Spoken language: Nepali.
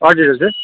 हजुर हजुर